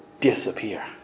disappear